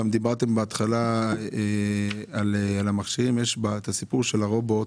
יש את הסיפור של הרובוט